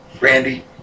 Randy